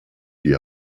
die